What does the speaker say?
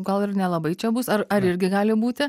gal ir nelabai čia bus ar ar irgi gali būti